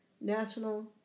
National